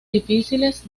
difíciles